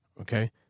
okay